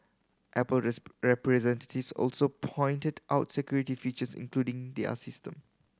apple representatives also pointed out security features including their system